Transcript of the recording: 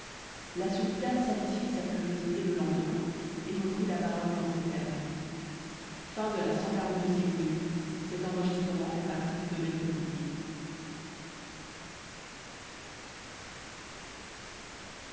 la sultane satisfit sa curiosité le lendemain et reprit la parole dans ces termes cxliii nuit